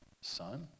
son